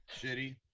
shitty